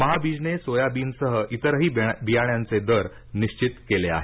महाबीजने सोयाबीनसह इतरही बियाण्यांचे दर निश्चित केले आहेत